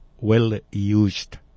well-used